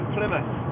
Plymouth